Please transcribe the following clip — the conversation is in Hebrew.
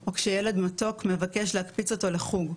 או כשילד מתוק מבקש להקפיץ אותו לחוג.